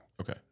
Okay